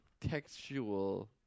textual